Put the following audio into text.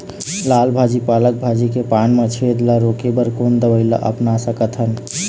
लाल भाजी पालक भाजी के पान मा छेद ला रोके बर कोन दवई ला अपना सकथन?